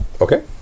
Okay